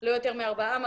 לא יותר מארבעה מגעים,